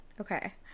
okay